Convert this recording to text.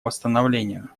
восстановлению